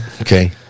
Okay